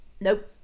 nope